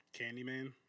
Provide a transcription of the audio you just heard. Candyman